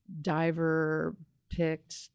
diver-picked